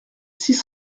six